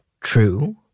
true